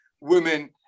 women